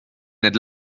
need